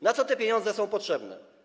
Na co te pieniądze są potrzebne?